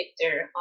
Victor